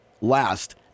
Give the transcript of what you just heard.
last